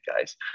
guys